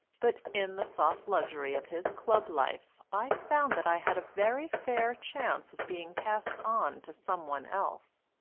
but in the soft luxury of his club life i found that i had a very fair chance of being passed on to some one else.